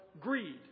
greed